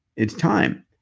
it's time.